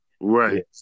right